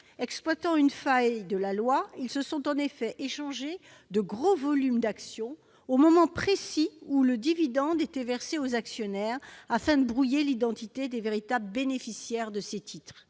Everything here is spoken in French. Exploitant une faille de la loi, ils se sont en effet échangé de gros volumes d'actions, au moment précis où le dividende était versé aux actionnaires, afin de brouiller l'identité des véritables bénéficiaires de ces titres.